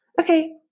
Okay